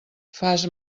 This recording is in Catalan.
fas